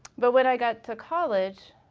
but when i got to college,